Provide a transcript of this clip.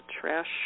trash